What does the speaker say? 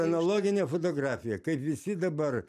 analoginė fotografija kaip visi dabar